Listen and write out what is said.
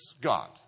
God